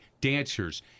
dancers